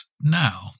now